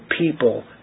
people